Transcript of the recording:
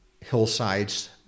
hillsides